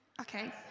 Okay